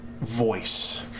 voice